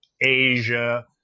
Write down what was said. Asia